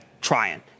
trying